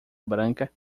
branca